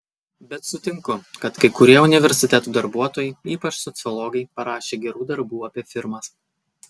bet sutinku kad kai kurie universitetų darbuotojai ypač sociologai parašė gerų darbų apie firmas